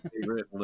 favorite